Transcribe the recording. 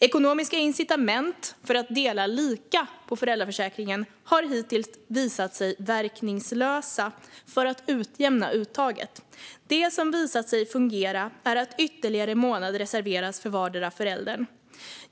Ekonomiska incitament för att dela lika på föräldraförsäkringen har hittills visat sig verkningslösa för att utjämna uttaget. Det som visat sig fungera är att ytterligare månader reserveras för vardera föräldern.